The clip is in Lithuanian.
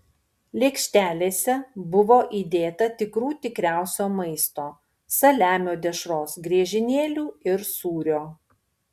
lėkštelėse buvo įdėta tikrų tikriausio maisto saliamio dešros griežinėlių ir sūrio